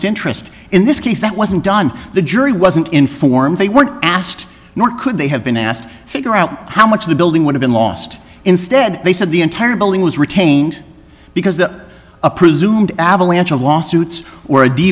interest in this case that wasn't done the jury wasn't informed they weren't asked nor could they have been asked to figure out how much of the building would have been lost instead they said the entire building was retained because the presumed avalanche of lawsuits or a